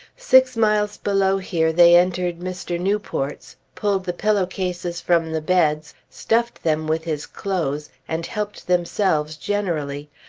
six miles below here they entered mr. newport's, pulled the pillow-cases from the beds, stuffed them with his clothes, and helped themselves generally.